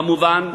כמובן,